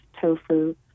tofu